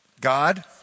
God